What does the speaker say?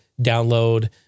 download